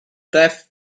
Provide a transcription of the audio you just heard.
deaf